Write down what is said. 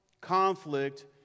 conflict